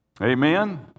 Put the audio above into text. Amen